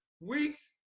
Weeks